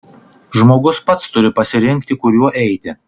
žmogus pats turi pasirinkti kuriuo eiti